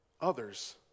others